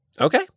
Okay